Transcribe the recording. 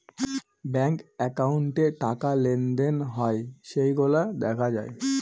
bank একাউন্টে টাকা লেনদেন হয় সেইগুলা দেখা যায়